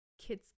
kids